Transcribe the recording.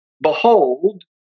Behold